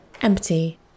empty